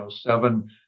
seven